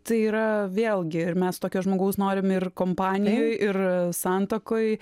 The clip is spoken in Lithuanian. tai yra vėlgi ir mes tokio žmogaus norim ir kompanijoj ir santuokoj